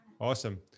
awesome